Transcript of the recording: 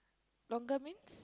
longer means